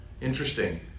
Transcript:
interesting